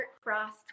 Frost